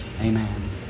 Amen